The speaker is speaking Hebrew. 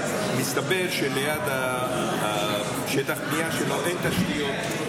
מסתבר שליד שטח הבנייה שלו אין תשתיות.